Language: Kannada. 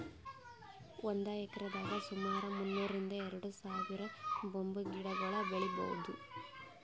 ಒಂದ್ ಎಕ್ರೆದಾಗ್ ಸುಮಾರ್ ಮುನ್ನೂರ್ರಿಂದ್ ಎರಡ ಸಾವಿರ್ ಬಂಬೂ ಗಿಡಗೊಳ್ ಬೆಳೀಭೌದು